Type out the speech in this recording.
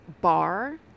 bar